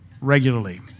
regularly